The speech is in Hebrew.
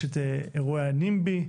יש את אירועי ה-NIMBY,